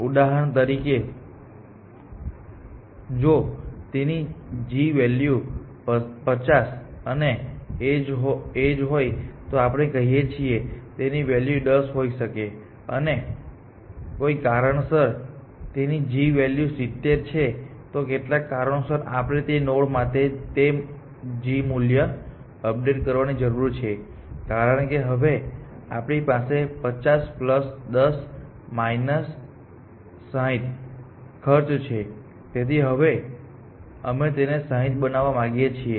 ઉદાહરણ તરીકે જો તેની g વેલ્યુ 50 અને એજ હોય તો આપણે કહીએ છીએ તેની વેલ્યુ 10 હોઈ શકે છે અને કોઈ કારણસર તેની g વેલ્યુ 70 છે તો કેટલાક કારણોસર આપણે તે નોડ માટે તે g મૂલ્ય અપડેટ કરવાની જરૂર છે કારણ કે હવે આપણી પાસે 5010 60 ખર્ચ છે તેથી હવે અમે તેને 60 બનાવવા માંગીએ છીએ